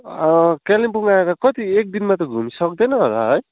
कालेम्पोङ आएर कति एक दिनमा त घुमि सक्दैन होला है